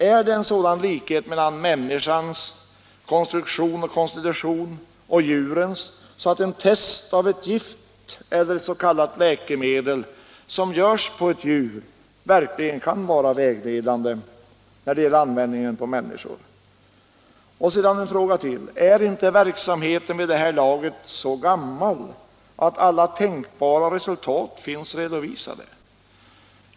Är det en sådan likhet mellan människans och djurets konstruktion och konstitution att en test av ett gift eller ett s.k. läkemedel på ett djur verkligen kan vara vägledande när det gäller användningen på människor? Är inte verksamheten vid det här laget så gammal att alla tänkbara resultat finns redovisade?